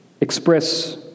express